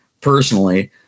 personally